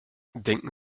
denken